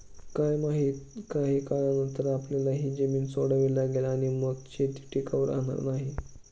काय माहित, काही काळानंतर आपल्याला ही जमीन सोडावी लागेल आणि मग शेती टिकाऊ राहणार नाही